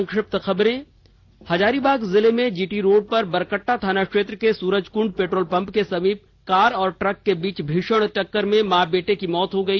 संक्षिप्त खबरें हजारीबाग जिले में जी टी रोड पर बरकट्टा थाना क्षेत्र के सूरजकुंड पेट्रोल पंप के समीप कार और ट्रक के बीच भीषण टक्कर में मां बेटे की मौत हो गई